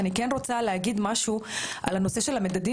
אני כן רוצה להגיד משהו על הנושא של המדדים